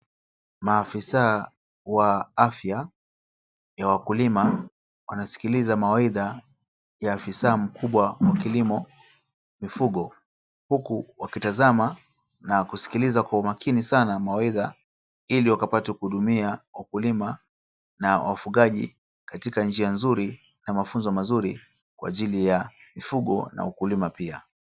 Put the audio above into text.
Maafisa wa afya ya wakulima wanayaskiza mawaidha ya afisa mkubwa wa kilimo mifugo huku wakitazama na kuyaskiza kwa umakini sana mawaidha ili wakapate kuwahudumia wakulima na wafugaji katika njia nzuri na mafunzo mazuri kwa ajili ya mifugo na mkulima pia.